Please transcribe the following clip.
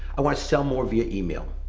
i want to sell more via email.